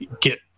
get